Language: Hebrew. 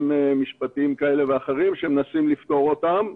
משפטיים כאלה ואחרים שמנסים לפתור אותם,